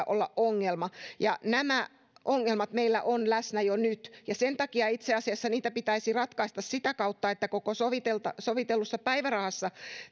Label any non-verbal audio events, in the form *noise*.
*unintelligible* olla ongelma nämä ongelmat meillä ovat läsnä jo nyt ja sen takia itse asiassa niitä pitäisi ratkaista sitä kautta että koko sovitellussa päivärahassa